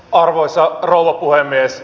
arvoisa rouva puhemies